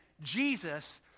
Jesus